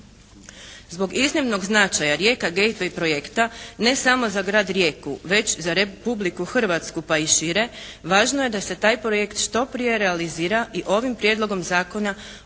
Zbog iznimnog značaja Rijeka …/Govornik se ne razumije./… projekta ne samo za grad Rijeku već za Republiku Hrvatsku pa i šire važno je da se taj projekt što prije realizira i ovim Prijedlogom zakona o